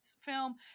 film